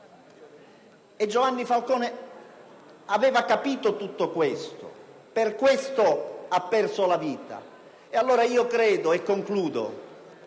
E Giovanni Falcone aveva capito tutto questo. Per questo ha perso la vita. Io credo allora - e concludo,